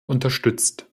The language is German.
unterstützt